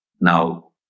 now